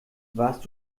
warst